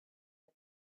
had